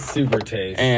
Supertaste